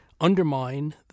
undermine